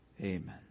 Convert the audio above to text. Amen